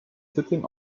sitting